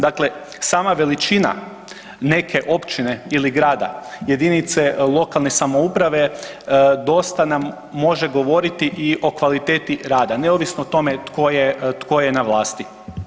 Dakle, sama veličina neke općine ili grada jedinice lokalne samouprave dosta nam može govoriti i o kvaliteti rada, neovisno o tome tko je na vlasti.